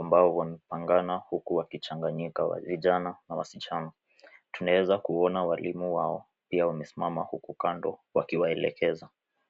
ambao wapangana huku wakichanganyika vijana na wasichana. Tunaeza kuona walimu wao, pia wamesimama huku kando wakiwaelekeza.